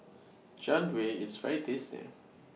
Jian Dui IS very tasty